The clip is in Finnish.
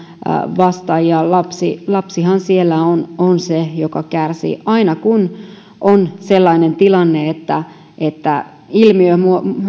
vastaan ja lapsihan siellä on on se joka kärsii aina kun on sellainen tilanne että että ilmiö